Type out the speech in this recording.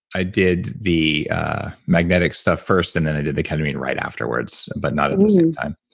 i did the magnetic stuff first, and then i did the ketamine right afterwards, but not at the same time.